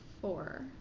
four